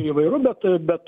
įvairu bet bet